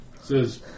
Says